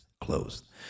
closed